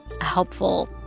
helpful